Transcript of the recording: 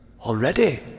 Already